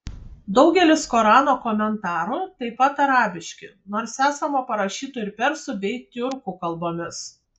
daugelis korano komentarų taip pat arabiški nors esama parašytų ir persų bei tiurkų kalbomis